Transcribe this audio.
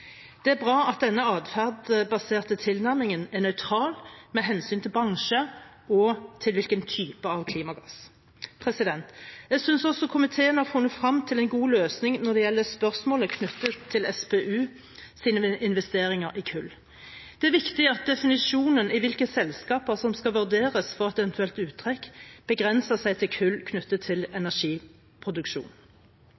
Det er bra at denne adferdsbaserte tilnærmingen er nøytral med hensyn til bransjer og til hvilken type av klimagass. Jeg synes også komiteen har funnet frem til en god løsning når det gjelder spørsmålet knyttet til SPUs investeringer i kull. Det er viktig at definisjonen av hvilke selskaper som skal vurderes for et eventuelt uttrekk, begrenser seg til kull knyttet til